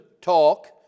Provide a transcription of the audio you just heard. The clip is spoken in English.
talk